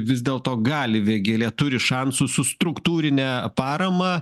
vis dėlto gali vėgėlė turi šansų su struktūrine parama